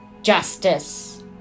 justice